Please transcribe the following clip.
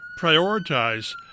prioritize